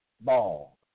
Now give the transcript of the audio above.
ball